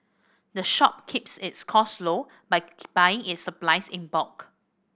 the shop keeps its costs low by buying its supplies in bulk